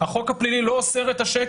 החוק הפלילי לא אוסר את השקר?